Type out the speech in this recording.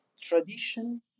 tradition